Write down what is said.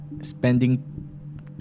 Spending